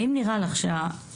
האם נראה לך שהמזכירה